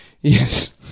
Yes